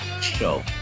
Show